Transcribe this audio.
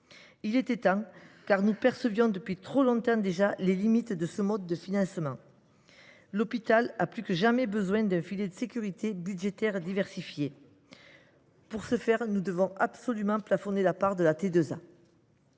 Il était temps, car nous percevions depuis trop longtemps déjà les limites de ce mode de financement. L’hôpital a plus que jamais besoin d’un filet de sécurité budgétaire diversifié. Pour ce faire, nous devons absolument plafonner la part de la T2A.